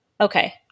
Okay